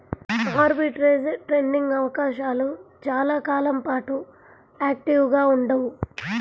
arbitrage trading అవకాశాలు చాలా కాలం పాటు యాక్టివ్గా ఉండవు